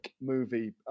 movie